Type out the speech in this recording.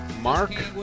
Mark